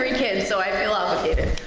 ah kids so i feel obligated.